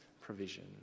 provision